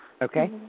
Okay